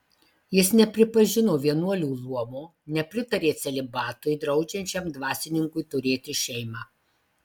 jis nepripažino vienuolių luomo nepritarė celibatui draudžiančiam dvasininkui turėti šeimą